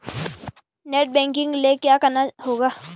Net banking के लिए क्या करना होगा?